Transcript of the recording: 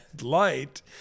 light